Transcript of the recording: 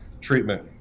treatment